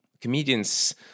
comedians